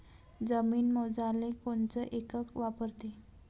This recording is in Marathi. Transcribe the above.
जमीन मोजाले कोनचं एकक वापरते?